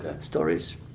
stories